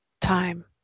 Time